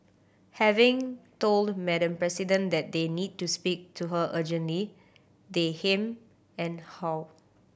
having told Madam President that they need to speak to her urgently they hem and haw